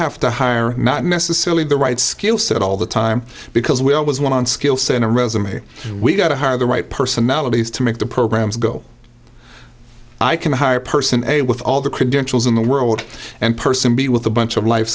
have to hire not necessarily the right skill set all the time because we always want on skill set in a resume we got to hire the right personalities to make the programs go i can hire a person a with all the credentials in the world and person b with a bunch of life